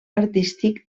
artístic